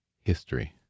history